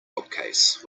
bookcase